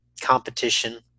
competition